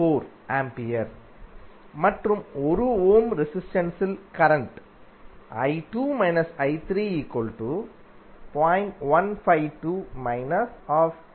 44A மற்றும் 1 ohm ரெசிஸ்டென்ஸ்ஸில் current I2 I3 0